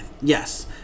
Yes